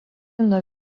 nuo